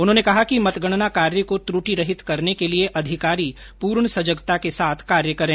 उन्होंने कहा कि मतगणना कार्य को त्रुटिरहित करने के लिए अधिकारी पूर्ण सजगता के साथ कार्य करें